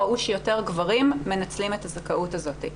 ראו שיותר גברים מנצלים את הזכאות הזאת.